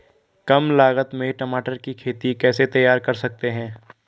कम लागत में टमाटर की खेती कैसे तैयार कर सकते हैं?